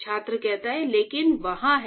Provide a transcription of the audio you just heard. छात्र लेकिन वहाँ है